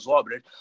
obras